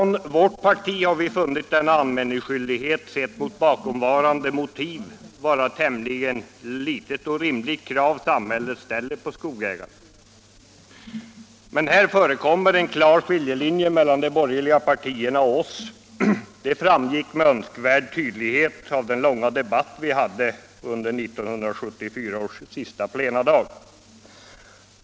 I vårt parti har vi funnit denna anmälningsskyldighet, sedd mot bakomvarande motiv, vara ett tämligen litet och lindrigt krav som samhället ställer på skogsägarna. Här förekommer en klar skiljelinje mellan de borgerliga partierna och oss. Det framgick med önskvärd tydlighet av den långa debatt vi hade under 1974 års sista plenidag.